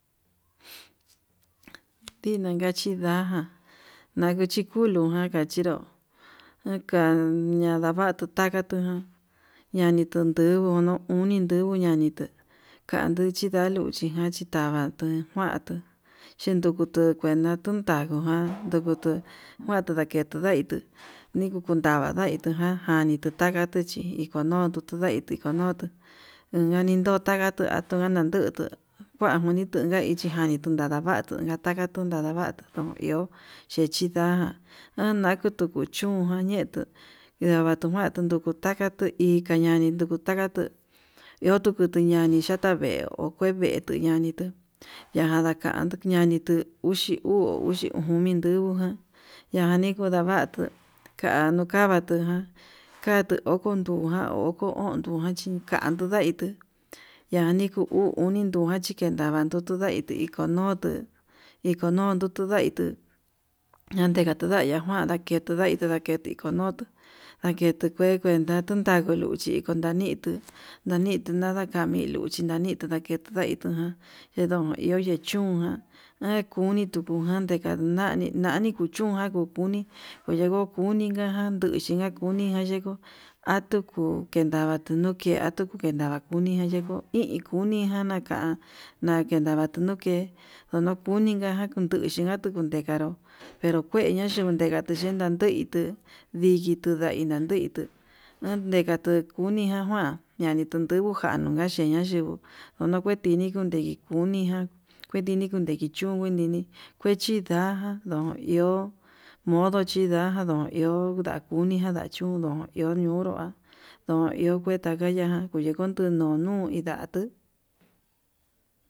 Tinan kachindaján nanguichikuru ján kachinró, nakaña ndavatuu takatu ñani tundungu oni ndubuu ñani, te kandi tuu nda'a luchi ján tintavatu nguantuu chindukutu kuenta kuntavuu ján ndukutu kuanto naketu ndaitu ni kundava ndaitujan javatu ndavatu chí ikonotu tundai ikonuto, ungako tavatu anka naguu kuan kuditonga ichi ján nitunadatu takatuu tun nadavatuu tu iho chechindajan anakutu kuu chuján ñetuu ndavatu kuantu nduku takatuu, ndei kanandi nduku takatuu iho tuku tuñani yatavee okue vee tuñanitu ñandakandu ñanituu uxi uu uxi uni tuvuján, ñani kudavatu ka'a nukavatuu ján katuu oko uun jan oko o'on nduu kuanchi kanduu ndai'í tuu yani kuu uu oni ndujan chikedava tutundaiti konotu ikono tutudaitu nayenka tudaya kuan tadaketudai ikonutu ndakete kuen kue ndaku kanduu luchi kunaninduu naditu kana ndami niluchi nanitu ndaketu ndaituján tendo iho vchón ján, nakuni tuku na'a ndekanani nani ni kuu chunján kuu kunii oyeku kuni ján kananduchi nakuni ña yeku okunku kendava, tunuke akundukedava'a kuu uni nayeku i iin kuni jan nakán nakendatu nuke'e kuenun kuni ngajan kunduxhi natun kundekaró pero kueña tayenga tuu yen ndanduintu ndijitu ñanda nanduituu nadekatuu kuñi ñajuan ñani tundungu januu já ñaxheña yinguu onokuentini ode'í kuni ján kuetini kundeki chún kuentini vechi da'ajan no iho modo chinda ján no iho vinda'a kudika ndachiudu iho ñunru ha ndo ih kuetaka ya'a ndoni hó unde nunu ndidatuu.